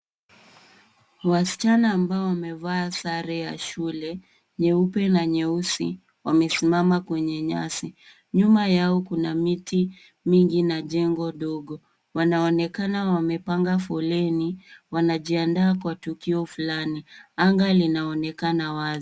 Wasichana ambao wamevaa sare ya shule, nyeupe na nyeusi, wamesimama kwenye nyasi. Nyuma yao kuna miti mingi na jengo dogo. Wanaonekana wamepanga foleni, wanajiandaa kwa tukio fulani. Anga linaonekana wazi.